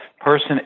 person